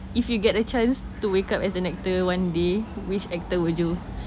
if you get a chance to wake up as an actor one day which actor would you